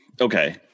Okay